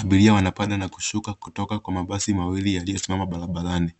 Abiria wanapanda na kushuka kutoka kwa Mabasi mawili yaliosimama barabarani.